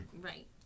right